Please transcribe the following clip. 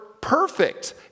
perfect